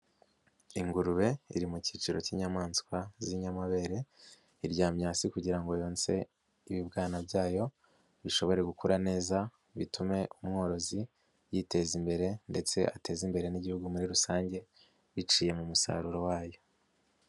Ingurube iri mu cyiciro cy'inyamaswa z'inyamabere, iryamyasi kugira ngo yonsa ibibwana byayo, bishobore gukura neza, bitume umworozi yiteza imbere ndetse ateze imbere n'igihugu muri rusange biciye mu musaruro wayo.